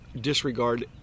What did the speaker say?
disregard